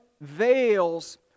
veils